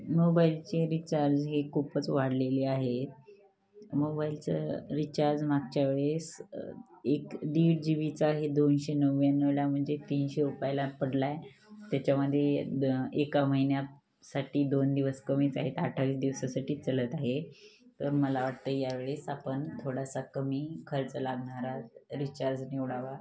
मोबाईलचे रिचार्ज हे खूपच वाढलेली आहे मोबाईलचं रिचार्ज मागच्या वेळेस एक दीड जी बीचा हे दोनशे नव्याण्णवला म्हणजे तीनशे रुपायला पडला आहे त्याच्यामध्ये द एका महिन्यासाठी दोन दिवस कमीच आहेत अठ्ठावीस दिवसासाठी चालत आहे तर मला वाटतं यावेळेस आपण थोडासा कमी खर्च लागणारा रिचार्ज निवडावा